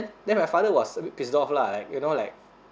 then my father was a bit pissed off lah like you know like